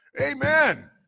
Amen